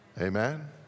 Amen